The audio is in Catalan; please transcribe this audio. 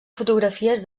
fotografies